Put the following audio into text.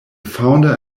founder